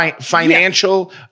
financial